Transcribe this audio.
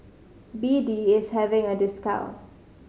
B D is having a discount